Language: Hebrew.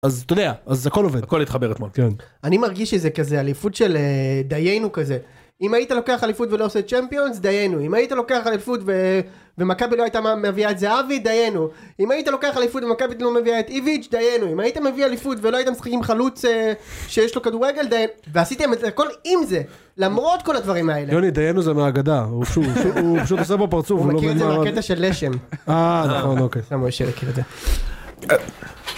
אז אתה יודע, אז הכל עובד, הכל התחבר אתמול. אני מרגיש שזה כזה אליפות של דיינו כזה, אם היית לוקח אליפות ולא עושה צ'מפיונס דיינו, אם היית לוקח אליפות ומכבי לא הייתה מביאה את זהבי דיינו, אם היית לוקח אליפות ומכבי לא מביאה את איביץ' דיינו, אם היית מביא אליפות ולא היית משחק עם חלוץ שיש לו כדורגל דיינו, ועשיתם הכל עם זה, למרות כל הדברים האלה, יוני, דיינו זה מההגדה, הוא פשוט עושה פה פרצוף. הוא מכיר את זה מהקטע של לשם. אה נכון אוקיי